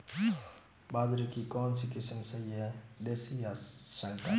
बाजरे की कौनसी किस्म सही हैं देशी या संकर?